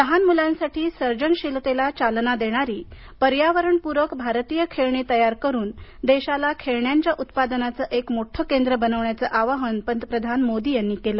लहान मुलांसाठी सर्जनशीलतेला चालना देणारी पर्यावरणपूरक भारतीय खेळणी तयार करून देशाला खेळण्यांच्या उत्पादनाचं एक मोठं केंद्र बनवण्याचं आवाहन पंतप्रधान मोदी यांनी केलं